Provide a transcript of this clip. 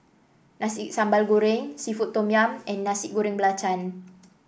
Nasi Sambal Goreng seafood Tom Yum and Nasi Goreng Belacan